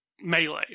melee